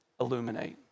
illuminate